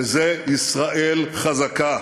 וזה ישראל חזקה.